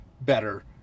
better